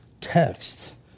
text